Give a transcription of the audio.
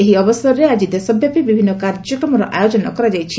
ଏହି ଅବସରରେ ଆଜି ଦେଶବ୍ୟାପୀ ବିଭିନ୍ନ କାର୍ଯ୍ୟକ୍ରମର ଆୟୋଜନ କରାଯାଇଛି